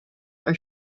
are